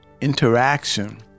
interaction